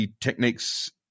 techniques